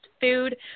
food